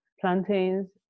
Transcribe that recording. plantains